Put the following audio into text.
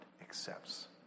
accepts